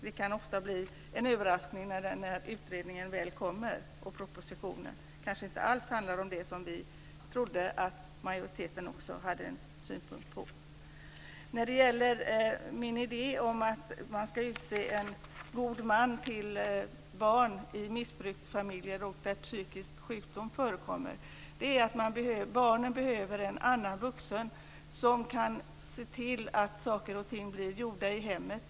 Det kan ofta bli en överraskning när utredningen väl kommer. Propositionen handlar kanske inte alls om det som vi trodde att majoriteten hade synpunkter på. Min idé om att man ska utse en god man till barn i missbruksfamiljer och familjer där psykisk sjukdom förekommer handlar om att barnen behöver en annan vuxen som kan se till att saker och ting blir gjorda i hemmet.